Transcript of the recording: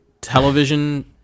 television